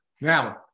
Now